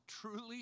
truly